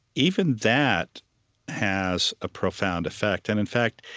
even that has a profound effect. and in fact,